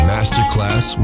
Masterclass